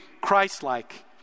christ-like